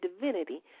divinity